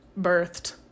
birthed